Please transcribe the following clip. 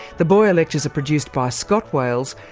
the boyer lectures are produced by scott wales,